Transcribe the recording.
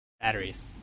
Batteries